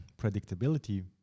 predictability